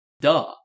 Duh